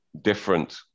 different